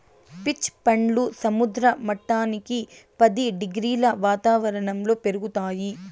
peach పండ్లు సముద్ర మట్టానికి పది డిగ్రీల వాతావరణంలో పెరుగుతాయి